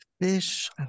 fish